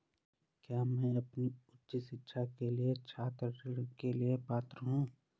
क्या मैं अपनी उच्च शिक्षा के लिए छात्र ऋण के लिए पात्र हूँ?